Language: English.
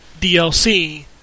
DLC